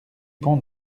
pont